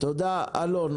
תודה אלון.